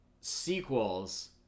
sequels